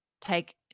take